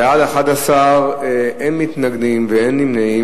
בעד, 11, אין מתנגדים ואין נמנעים.